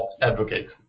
advocate